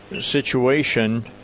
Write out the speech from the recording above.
situation